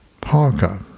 Parker